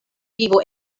vivo